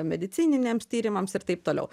medicininiams tyrimams ir taip toliau